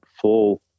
full